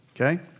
Okay